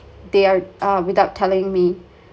they are uh without telling me